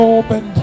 open